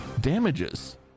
damages